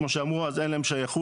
כמו שאמרו אז אין להם שייכות.